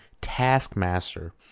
taskmaster